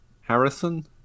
Harrison